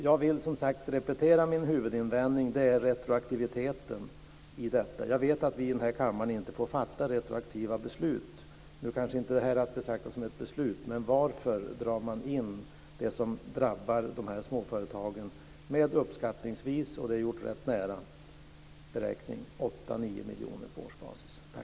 Jag vill repetera min huvudinvändning. Den gäller retroaktiviteten i detta. Jag vet att vi i den här kammaren inte får fatta retroaktiva beslut. Nu kanske inte detta är att betrakta som ett beslut, men varför drar man in detta när det drabbar småföretagen med uppskattningsvis - och det är en rätt nära uppskattad beräkning - 8-9 miljoner på årsbasis?